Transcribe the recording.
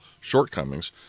shortcomings